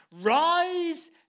Rise